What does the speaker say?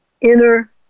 inner